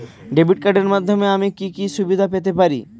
Debit কার্ডের মাধ্যমে আমি কি কি সুবিধা পেতে পারি?